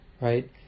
right